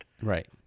Right